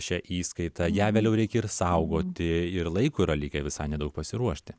šią įskaitą ją vėliau reikia ir saugoti ir laiko yra likę visai nedaug pasiruošti